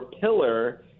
pillar